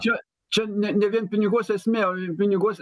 čia čia ne ne vien piniguose esmė o piniguose